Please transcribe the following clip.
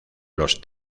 los